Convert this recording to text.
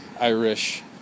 Irish